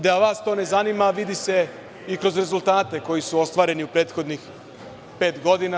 Da vas to ne zanima, vidi se i kroz rezultate koji su ostvareni u prethodnih pet godina.